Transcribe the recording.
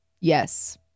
Yes